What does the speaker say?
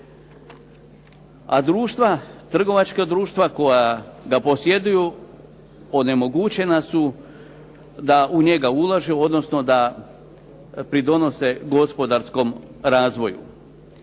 država. A trgovačka društva koja ga posjeduju onemogućena su da u njega ulaže, odnosno da pridonose gospodarskom razvoju.